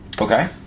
Okay